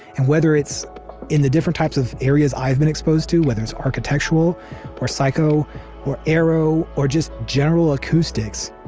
and whether it's in the different types of areas i've been exposed to whether it's architectural or psycho or aero or just general acoustics,